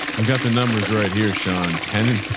we've got the numbers right here, sean, ten and